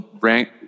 rank